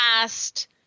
last